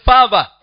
Father